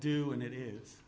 do and it is